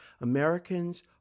Americans